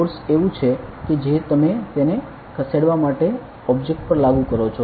force એવું છે કે જે તમે તેને ખસેડવા માટે ઓબ્જેક્ટ પર લાગુ કરો છો